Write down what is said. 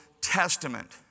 Testament